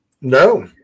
No